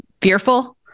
fearful